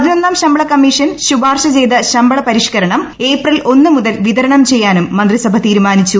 പതിനൊന്നാം ശമ്പളകമ്മീഷൻ ശുപാർശ ചെയ്തുൾസ്പ്ള് പരിഷ്കരണം ഏപ്രിൽ ഒന്നു മുതൽ വിതരണം ചെയ്യാനും മ്യൂന്റിറ്റുഭ തീരുമാനിച്ചു